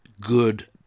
good